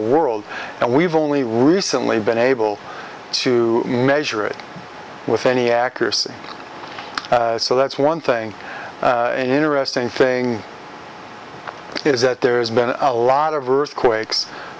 world and we've only recently been able to measure it with any accuracy so that's one thing interesting thing is that there's been a lot of earthquakes